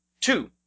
Two